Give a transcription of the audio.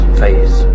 face